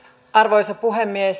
arvoisa puhemies